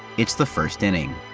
it's the first inning!